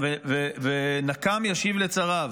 "ונקם ישיב לצריו